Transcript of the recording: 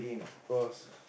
of course